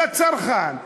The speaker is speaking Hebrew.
לצרכן,